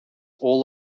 all